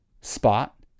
spot